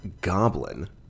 Goblin